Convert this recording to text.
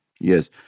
Yes